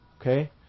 okay